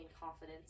confidence